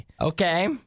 Okay